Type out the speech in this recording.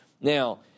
Now